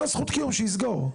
שיסגור.